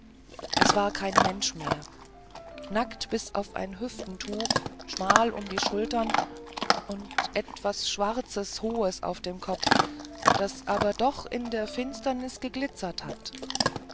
es war kein mensch mehr nackt bis auf ein hüftentuch schmal um die schultern und etwas schwarzes hohes auf dem kopf das aber doch in der finsternis geglitzert hat